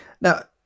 now